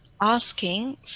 asking